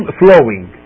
flowing